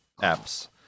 apps